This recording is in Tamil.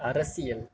அரசியல்